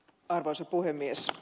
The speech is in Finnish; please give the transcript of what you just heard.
arvoisa puhemies